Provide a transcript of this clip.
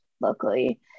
locally